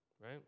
right